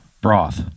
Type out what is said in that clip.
Broth